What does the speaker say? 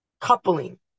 coupling